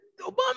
Obama